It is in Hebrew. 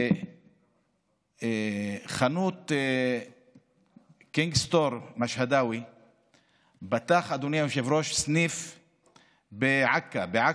חנות קינג סטור אלמשהדאווי פתח סניף בעכא, עכו,